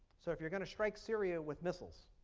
so if you're going to strike syria with missiles,